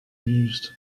used